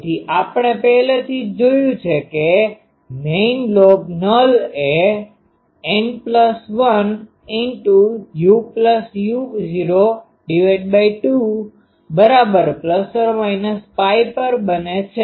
તેથી આપણે પહેલેથી જ જોયું છે કે મેઈન લોબ નલ એ N1uu૦2±π પર બને છે